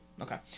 Okay